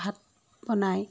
ভাত বনাই